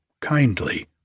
kindly